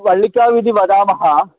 वळ्ळिकाव् इति वदामः